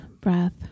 breath